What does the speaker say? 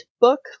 book